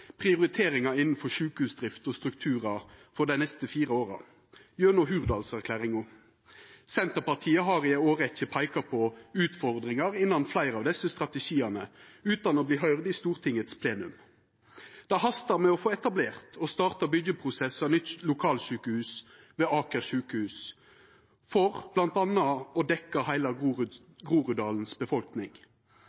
prioriteringar innanfor sjukehusdrift og strukturar for dei neste fire åra gjennom Hurdalsplattforma. Senterpartiet har i ei årrekkje peika på utfordringar innan fleire av desse strategiane utan å verta høyrt i Stortinget i plenum. Det hastar med å få etablert og starta byggjeprosessen med nytt lokalsjukehus ved Aker sykehus, for bl.a. å dekkja heile